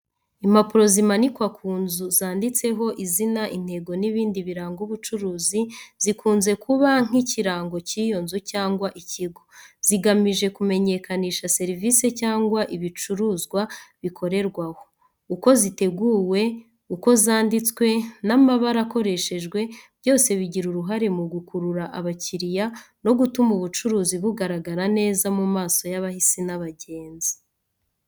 Impapuro zimanikwa ku nzu zanditseho izina, intego n’ibindi biranga ubucuruzi, zikunze kuba nk’ikirango cy’iyo nzu cyangwa ikigo. Zigamije kumenyekanisha serivisi cyangwa ibicuruzwa bikorerwa aho. Uko ziteguwe, uko zanditswe n’amabara akoreshejwe, byose bigira uruhare mu gukurura abakiriya no gutuma ubucuruzi bugaragara neza mu maso y’abahisi n’abagenzi.